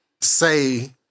say